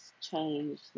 change